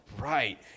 Right